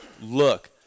look